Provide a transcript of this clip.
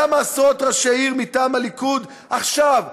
למה עשרות ראשי עיר מטעם הליכוד עכשיו,